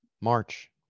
March